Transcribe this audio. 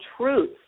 truth